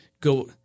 go –